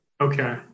Okay